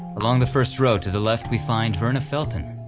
along the first row to the left we find verna felton.